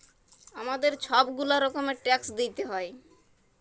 আমাদের ছব গুলা রকমের ট্যাক্স দিইতে হ্যয়